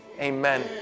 Amen